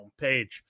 homepage